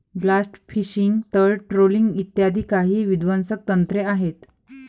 blast fishing, तळ trawling इ काही विध्वंसक तंत्रे आहेत